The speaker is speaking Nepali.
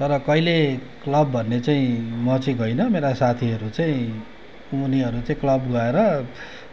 तर कहिले क्लब भन्ने चाहिँ म चाहिँ गइनँ मेरा साथीहरू चाहिँ उनीहरू चाहिँ क्लब गएर